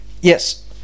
Yes